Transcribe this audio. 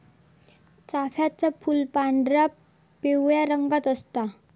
चाफ्याचा फूल पांढरा, पिवळ्या रंगाचा असता